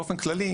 באופן כללי,